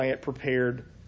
prepared